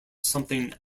something